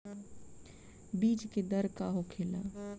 बीज के दर का होखेला?